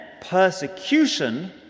persecution